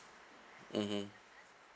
mmhmm